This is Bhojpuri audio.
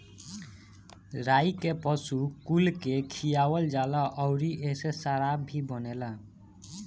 राई के पशु कुल के खियावल जाला अउरी एसे शराब भी बनेला